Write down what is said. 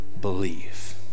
believe